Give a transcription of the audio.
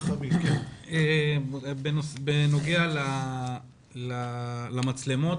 בנוגע למצלמות.